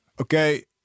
okay